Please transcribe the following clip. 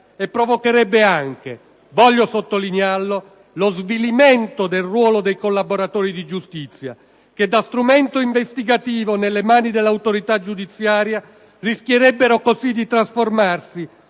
E provocherebbe anche - voglio sottolinearlo - lo svilimento del ruolo dei collaboratori di giustizia, che da strumento investigativo nelle mani dell'autorità giudiziaria rischierebbero così di trasformarsi